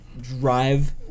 Drive